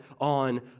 on